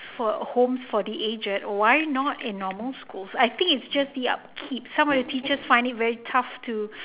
for homes for the aged shy not in normal schools I think it just the upkeep some teachers find it very tough to